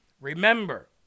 Remember